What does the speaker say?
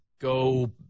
go